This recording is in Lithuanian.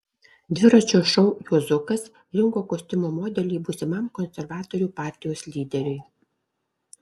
dviračio šou juozukas rinko kostiumo modelį būsimam konservatorių partijos lyderiui